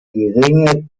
geringe